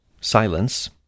silence